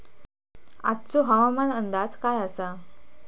आजचो हवामान अंदाज काय आसा?